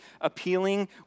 appealing